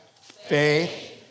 faith